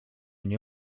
nie